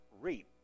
reap